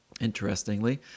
interestingly